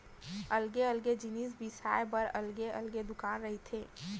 अलगे अलगे जिनिस बिसाए बर अलगे अलगे दुकान रहिथे